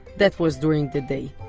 that was during the day.